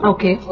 Okay